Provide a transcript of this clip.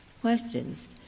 questions